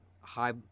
high